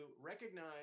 recognize